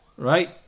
Right